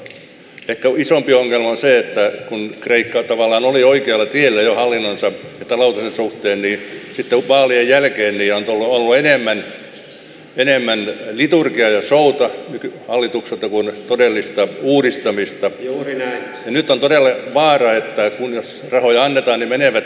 ehkä isompi ongelma on se että kun kreikka tavallaan jo oli oikealla tiellä hallintonsa ja taloutensa suhteen niin sitten vaalien jälkeen on ollut enemmän liturgiaa ja showta hallitukselta kuin todellista uudistamista ja nyt on todella vaara että kun ja jos rahoja annetaan ne menevät mustaan aukkoon